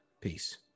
Peace